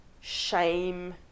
shame